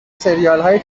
سریالهای